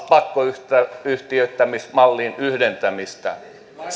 pakkoyhtiöittämismallin yhdentämistä